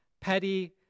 petty